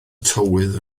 tywydd